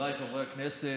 חבריי חברי הכנסת,